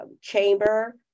chamber